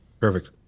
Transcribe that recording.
Perfect